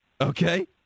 Okay